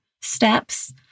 steps